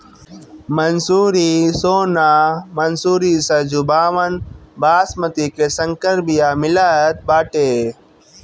मंसूरी, सोना मंसूरी, सरजूबावन, बॉसमति के संकर बिया मितल बाटे